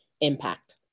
impact